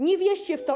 Nie wierzcie w to.